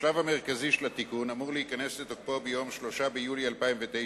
השלב המרכזי של התיקון אמור להיכנס לתוקפו ביום 3 ביולי 2009,